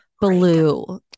blue